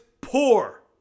poor